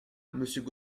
monsieur